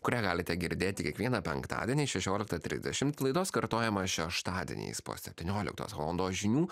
kurią galite girdėti kiekvieną penktadienį šešioliktą trisdešimt laidos kartojimą šeštadieniais po septynioliktos valandos žinių